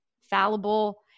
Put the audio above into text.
fallible